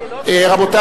רבותי,